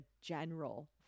general